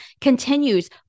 continues